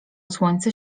słońce